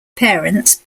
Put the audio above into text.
parents